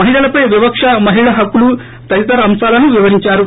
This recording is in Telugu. మహిళలపై వివక్ష మహిళా హక్కులు తదితర అంశాలను వివరించారు